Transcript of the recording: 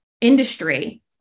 industry